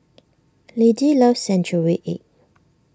Lidie loves Century Egg